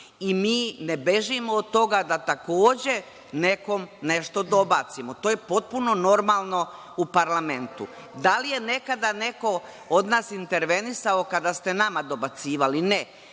i mi ne bežimo od toga da, takođe, nekom nešto dobacimo. To je potpuno normalno u parlamentu. Da li je nekada neko od nas intervenisao kada ste nama dobacivali? Ne.